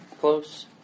close